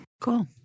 Cool